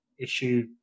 issue